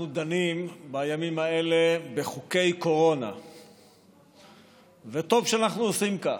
אנחנו דנים בימים האלה בחוקי קורונה וטוב שאנחנו עושים כך.